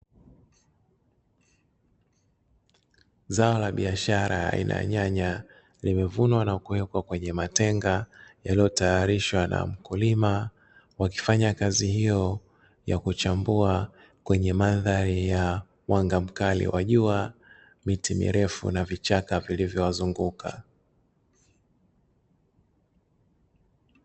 Zao la biashara aina ya nyanya limevunwa na kuwekwa kwenye matenga yaliyotayarishwa na mkulima, wakifanya kazi hiyo ya kuchambua kwenye mandhari ya mwanga mkali wa jua miti mirefu na vichaka vilivyowazunguka.